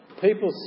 People